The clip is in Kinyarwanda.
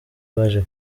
baje